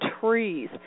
trees